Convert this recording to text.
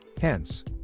Hence